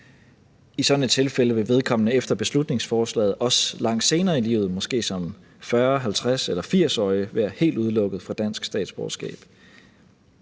I sådan et tilfælde vil vedkommende efter beslutningsforslaget også langt senere i livet, måske som 40-, 50-, eller 80-årig, være helt udelukket fra dansk statsborgerskab.